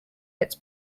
its